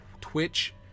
Twitch